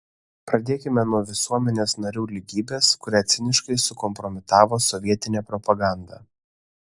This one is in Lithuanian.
pradėkime nuo visuomenės narių lygybės kurią ciniškai sukompromitavo sovietinė propaganda